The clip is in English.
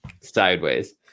sideways